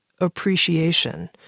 appreciation